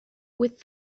with